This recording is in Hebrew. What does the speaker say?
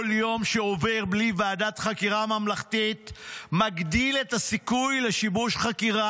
"כל יום שעובר בלי ועדת חקירה ממלכתית מגדיל את הסיכוי לשיבוש חקירה,